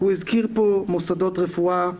הוא הזכיר פה מוסדות רפואה,